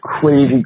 crazy